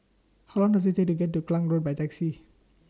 How Long Does IT Take to get to Klang Road By Taxi